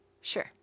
Sure